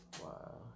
Wow